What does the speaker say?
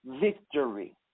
victory